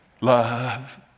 Love